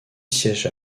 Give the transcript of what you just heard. siège